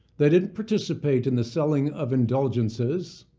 they didn't participate in the selling of indulgences,